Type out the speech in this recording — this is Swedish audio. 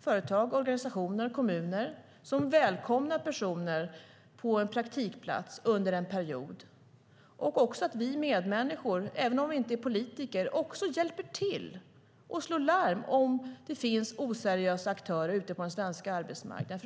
företag, organisationer och kommuner som välkomnar personer på en praktikplats under en period och även att vi medmänniskor, även om vi inte är politiker, hjälper till och slår larm om det finns oseriösa aktörer ute på den svenska arbetsmarknaden.